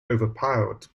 overpowered